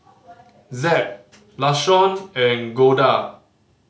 Zeb Lashawn and Golda